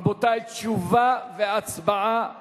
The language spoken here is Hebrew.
תשובה והצבעה בלבד.